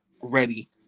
ready